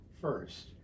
first